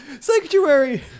sanctuary